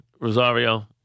Rosario